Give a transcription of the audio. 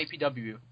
APW